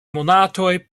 monatoj